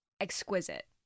exquisite